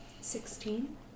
Sixteen